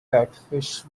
catfish